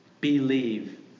Believe